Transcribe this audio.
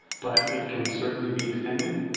but it can certainly be extended.